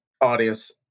audience